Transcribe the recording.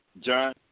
John